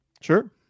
Sure